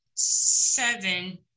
seven